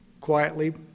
quietly